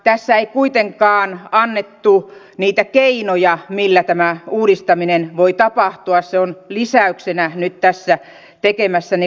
tässä ei kuitenkaan annettu niitä keinoja millä tämä uudistaminen voi tapahtua se on lisäyksenä nyt tässä tekemässäni lausumaehdotuksessa